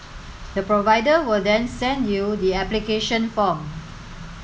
the provider will then send you the application form